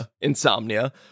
Insomnia